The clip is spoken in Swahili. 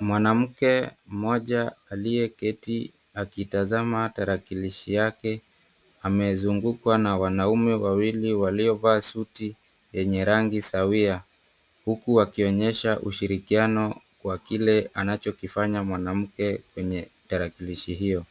Mwanamke mmoja aliyeketi akitazama tarakilishi yake, amezungukwa na wanaume wawili waliovaa suti yenye rangi sawia. Huku wakionyesha ushirikiano wa kile anachokifanya mwanamke kwenye tarakilishi hiyo.